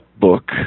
book